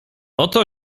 oto